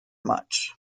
much